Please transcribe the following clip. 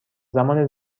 زمان